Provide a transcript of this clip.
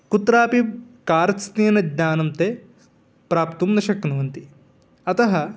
कुत्रापि कार्त्स्न्येन ज्ञानं ते प्राप्तुं न शक्नुवन्ति अतः